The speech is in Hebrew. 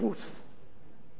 את התוקף המחייב,